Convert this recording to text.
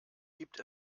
gibt